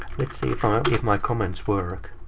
let's see if my comments worked.